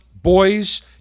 Boys